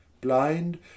blind